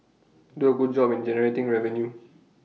do A good job in generating revenue